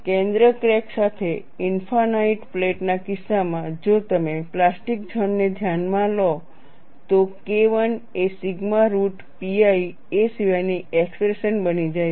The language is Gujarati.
કેન્દ્ર ક્રેક સાથે ઇનફાઇનાઇટ પ્લેટના કિસ્સામાં જો તમે પ્લાસ્ટિક ઝોન ને ધ્યાનમાં લો તો KI એ સિગ્મા રુટ pi a સિવાયની એક્સપ્રેશન બની જાય છે